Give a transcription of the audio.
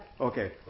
Okay